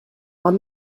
are